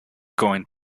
going